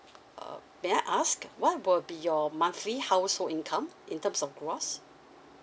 uh may I ask what will be your monthly household income in terms of gross